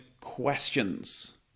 questions